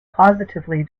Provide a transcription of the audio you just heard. positively